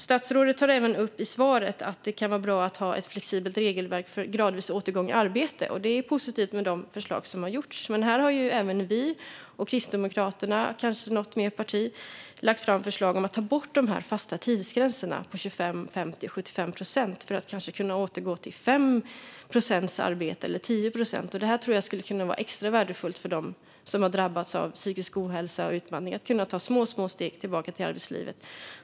Statsrådet tar i svaret även upp att det kan vara bra att ha ett flexibelt regelverk för gradvis återgång i arbete. Och det är positivt med de förslag som finns. Men här har även vi, Kristdemokraterna och kanske något mer parti lagt fram förslag om att man ska ta bort de fasta tidsgränserna på 25, 50 och 75 procent för att människor kanske ska kunna återgå till 5 eller 10 procents arbete. Det tror jag skulle kunna vara extra värdefullt för dem som har drabbats av psykisk ohälsa och utbrändhet att kunna ta små steg tillbaka till arbetslivet.